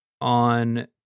on